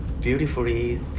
beautifully